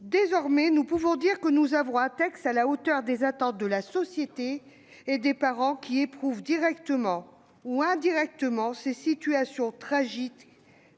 Désormais, nous pouvons dire que nous avons un texte à la hauteur des attentes de la société et des parents qui éprouvent directement ou indirectement cette situation tragique